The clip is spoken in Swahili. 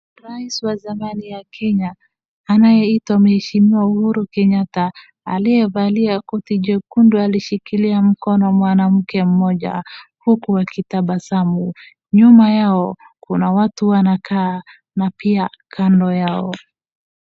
Rais wa zamani ya Kenya, anayeitwa mheshimiwa Uhuru Kenyatta, aliyevalia koti jekundu alishikilia mkono mwanamke mmoja huku wakitabasamu. Nyuma yao, kuna watu wamekaa na pia kando yao.